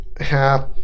half